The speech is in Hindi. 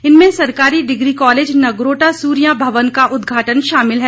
इनमें सरकारी डिग्री कॉलेज नगरोटा सूरियां भवन का उदघाटन शामिल है